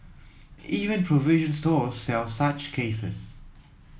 even provision stores sell such cases